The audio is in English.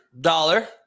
dollar